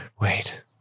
wait